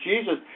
Jesus